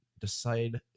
decide